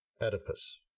Oedipus